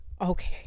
okay